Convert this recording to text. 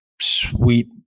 Sweet